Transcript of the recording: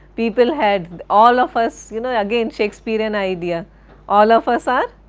people had all of us, you know again shakespearean idea all of us are?